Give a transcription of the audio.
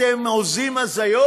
אתם הוזים הזיות?